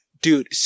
Dude